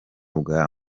bwa